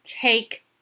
take